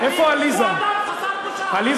אין בושה, הוא אדם חסר בושה, איפה עליזה?